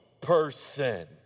person